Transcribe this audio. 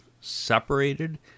separated